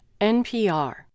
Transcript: NPR